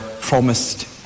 promised